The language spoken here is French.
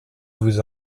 vous